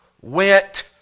went